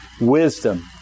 wisdom